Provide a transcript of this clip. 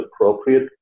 appropriate